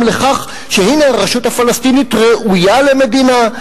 לכך שהנה הרשות הפלסטינית ראויה למדינה,